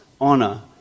honor